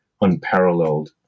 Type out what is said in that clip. unparalleled